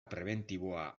prebentiboa